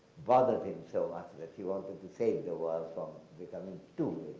bothered him so much that he wanted to save the world from becoming two